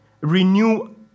Renew